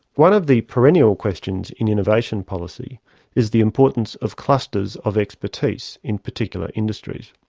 one of the perennial questions in innovation policy is the importance of clusters of expertise in particular industries.